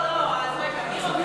לא לא, אז רגע.